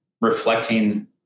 reflecting